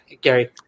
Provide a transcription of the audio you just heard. Gary